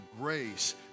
grace